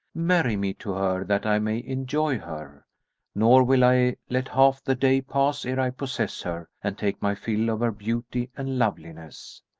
marry me to her that i may enjoy her nor will i let half the day pass ere i possess her and take my fill of her beauty and loveliness.